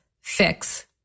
fix